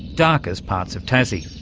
darkest parts of tassie.